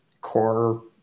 Core